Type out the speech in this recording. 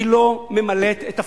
היא לא ממלאת את תפקידה,